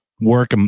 work